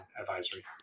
advisory